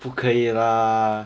不可以啦